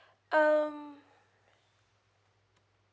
um